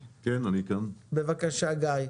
בבקשה, גיא.